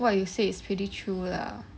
what you said is pretty true lah